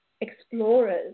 explorers